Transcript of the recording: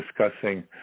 discussing